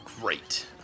Great